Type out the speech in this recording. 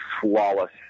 flawless